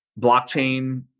blockchain